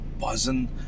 buzzing